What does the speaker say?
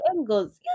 angles